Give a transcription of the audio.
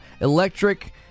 electric